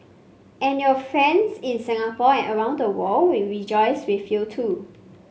and your friends in Singapore and around the world will rejoice with you too